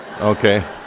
Okay